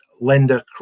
lender